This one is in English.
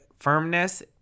Firmness